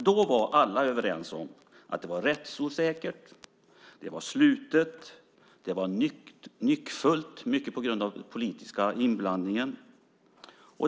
Då var alla överens om att ordningen var rättsosäker, sluten och nyckfull - mycket på grund av den politiska inblandningen.